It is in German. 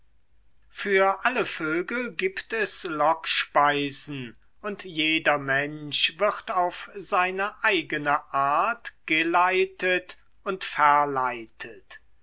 für alle vögel gibt es lockspeisen und jeder mensch wird auf seine eigene art geleitet und verleitet